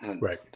Right